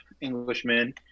Englishman